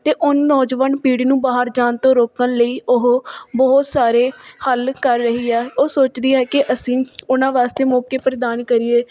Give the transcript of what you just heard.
ਅਤੇ ਉਹ ਨੌਜਵਾਨ ਪੀੜ੍ਹੀ ਨੂੰ ਬਾਹਰ ਜਾਣ ਤੋਂ ਰੋਕਣ ਲਈ ਉਹ ਬਹੁਤ ਸਾਰੇ ਹੱਲ ਕਰ ਰਹੀ ਹੈ ਉਹ ਸੋਚਦੀ ਹੈ ਕਿ ਅਸੀਂ ਉਹਨਾਂ ਵਾਸਤੇ ਮੌਕੇ ਪ੍ਰਦਾਨ ਕਰੀਏ